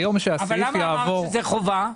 למה אמרת שזו חובה?